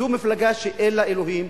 זו מפלגה שאין לה אלוהים,